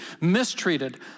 mistreated